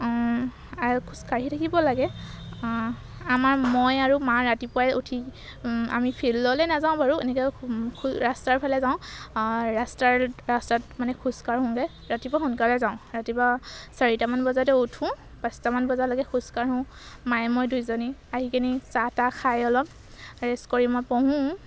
আৰু খোজ কাঢ়ি থাকিব লাগে আমাৰ মই আৰু মা ৰাতিপুৱাই উঠি আমি ফিল্ডলৈ নাযাওঁ বাৰু এনেকৈ ৰাস্তাৰ ফালে যাওঁ ৰাস্তাৰ ৰাস্তাত মানে খোজ কাঢ়োগৈ ৰাতিপুৱা সোনকালে যাওঁ ৰাতিপুৱা চাৰিটামান বজাতে উঠোঁ পাঁচটামান বজালৈকে খোজ কাঢ়োঁ মায়ে মই দুইজনী আহি কিনে চাহ তা খাই অলপ ৰেষ্ট কৰি মই পঢ়োঁ